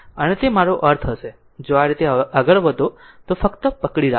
અને તે મારો અર્થ હશે જો આ રીતે આગળ વધો તો ફક્ત પકડી રાખો